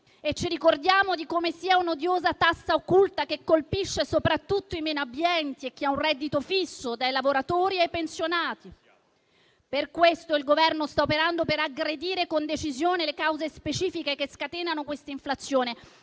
e ci ricordiamo di come sia un'odiosa tassa occulta, che colpisce soprattutto i meno abbienti e chi ha un reddito fisso, dai lavoratori ai pensionati. Per questo il Governo sta operando per aggredire con decisione le cause specifiche che scatenano quest'inflazione,